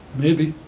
maybe,